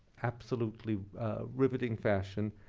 absolutely riveting fashion,